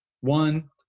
One